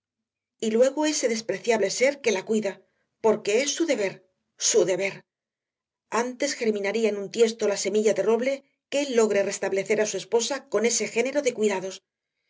aislamiento y luego ese despreciable ser que la cuida porque es su deber su deber antes germinaría en un tiesto la semilla de roble que él logre restablecer a su esposa con ese género de cuidados